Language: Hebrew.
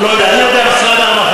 לא יודע, אני יודע על משרד הרווחה.